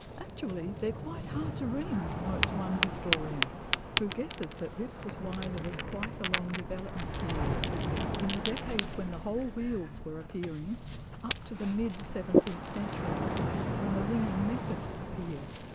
actually they are quite hard to ring notes one historian who guesses that this was why there was quite a long development period in the decades when the whole wheels were appearing up to the mid seventeenth century when the ringing methods appeared.